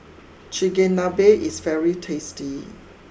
Chigenabe is very tasty